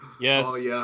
Yes